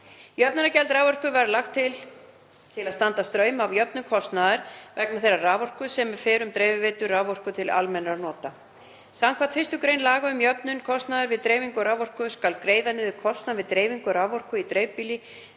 Jöfnunargjald raforku var lagt á til að standa straum af jöfnun kostnaðar vegna þeirrar raforku sem fer um dreifiveitur raforku til almennra notenda. Samkvæmt 1. gr. laga um jöfnun kostnaðar við dreifingu raforku skal greiða niður kostnað við dreifingu raforku í dreifbýli